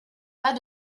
pas